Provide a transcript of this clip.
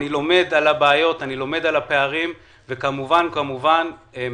אני לומד על הבעיות והפערים וכמובן מהאזרחים